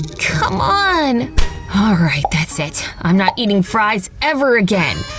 c'mon, alright, that's it. i'm not eating fries ever again!